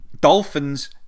Dolphins